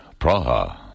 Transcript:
Praha